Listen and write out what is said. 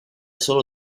solo